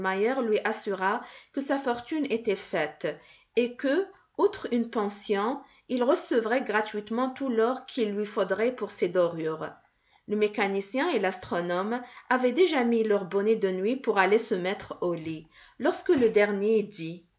lui assura que sa fortune était faite et que outre une pension il recevrait gratuitement tout l'or qu'il lui faudrait pour ses dorures le mécanicien et l'astronome avaient déjà mis leur bonnet de nuit pour aller se mettre au lit lorsque le dernier dit